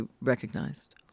recognized